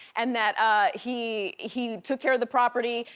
and that he he took care of the property.